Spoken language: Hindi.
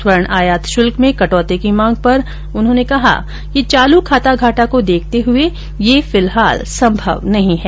स्वर्ण आयात शुल्क में कटौती की मांग पर उन्होंने कहा कि चालू खाता घाटा को देखते हुए यह फिलहाल संभव नहीं है